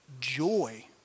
joy